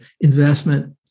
investment